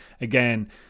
again